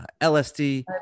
LSD